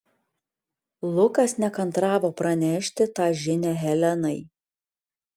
lukas nekantravo pranešti tą žinią helenai